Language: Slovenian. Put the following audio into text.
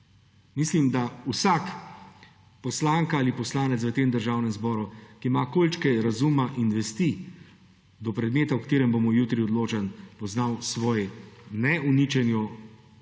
Mislim, da vsak, poslanka ali poslanec, v Državnem zboru, ki ima količkaj razuma in vesti do predmeta, o katerem bomo jutri odločali, bo znal uničenju Prekmurja